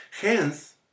Hence